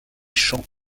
champs